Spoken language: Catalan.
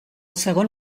segon